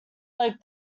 like